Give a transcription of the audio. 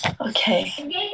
Okay